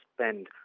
spend